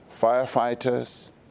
firefighters